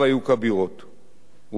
רובן המכריע ייוותר עלום,